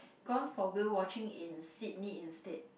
gone for whale watching in Sydney instead